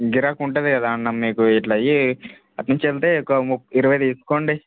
గిరాకీ ఉంటుంది కదా అన్న మీకు ఇట్లా అయ్యే అట్నుంచి వెళ్తే ఒక ముప్ ఇరవై తీసుకోండి